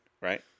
right